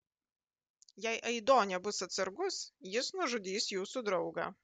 jei aido nebus atsargus jis nužudys jūsų draugą